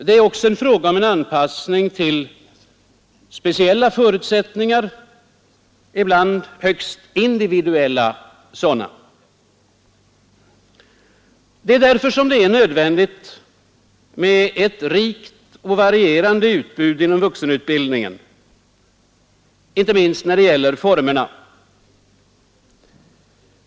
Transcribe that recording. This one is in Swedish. Det är också en fråga om anpassning till speciella förutsättningar, ibland högst individuella sådana. Det är därför som det är nödvändigt med ett rikt och varierande utbud inom vuxenutbildningen, inte minst när det gäller formerna.